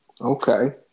okay